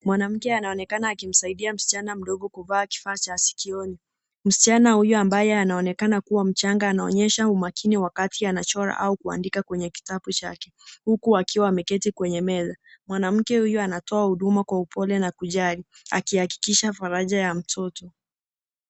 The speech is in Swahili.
Mwanamke anaonekana akimsaidia msichana mdogo kuvaa kifaa cha sikioni. Msichana huyu ambaye anaonekana kuwa mchanaga anaonyesha umakini wakati anachora au kuandika kwenye kitabu chake. Huku akiwa ameketi kwenye meza. Mwanamke huyu anatoa huduma kwa upole na kujali akihakikisha faraja ya mtoto.